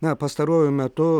na pastaruoju metu